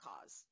cause